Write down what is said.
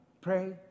Pray